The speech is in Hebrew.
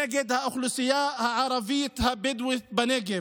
נגד האוכלוסייה הערבית הבדואית בנגב.